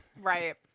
Right